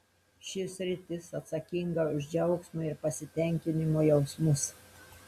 ši sritis atsakinga už džiaugsmo ir pasitenkinimo jausmus